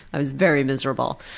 i was very miserable.